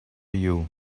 you